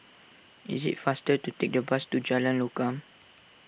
it is faster to take the bus to Jalan Lokam